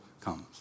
comes